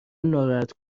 ناراحت